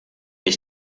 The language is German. ich